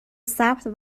ثبت